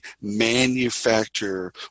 manufacture